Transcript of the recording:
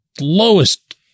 lowest